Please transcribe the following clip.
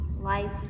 life